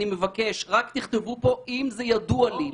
אני מבקש, רק תכתבו פה "אם זה ידוע לי".